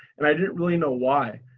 and i didn't really know why.